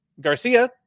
Garcia